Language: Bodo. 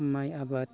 माइ आबाद